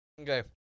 Okay